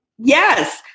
yes